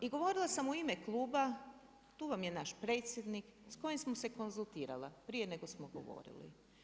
I govorila sam u ime kluba, tu vam je naš predsjednik, s kojim smo se konzultirala, prije nego smo govorili.